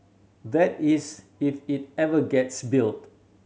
that is if it ever gets built